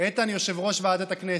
יושב-ראש ועדת הכנסת,